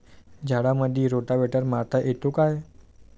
झाडामंदी रोटावेटर मारता येतो काय?